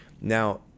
Now